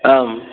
ஹம்